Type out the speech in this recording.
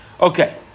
Okay